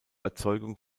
erzeugung